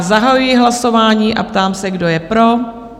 Zahajuji hlasování a ptám se, kdo je pro?